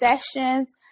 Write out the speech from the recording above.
sessions